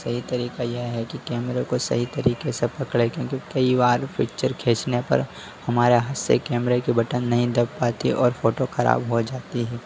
सही तरीका यह है कि कैमरे को सही तरीके से पकड़ें क्योंकि कई बार पिक्चर खींचने पर हमारे हाथ से कैमरे के बटन नहीं दब पाती और फोटो खराब हो जाती है